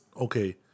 okay